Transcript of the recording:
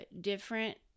different